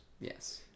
Yes